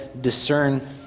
discern